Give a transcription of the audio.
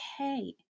okay